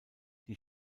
die